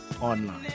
online